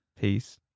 Peace